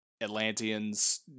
Atlanteans